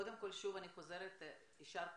קודם כל שוב אני חוזרת, יישר כוח.